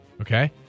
Okay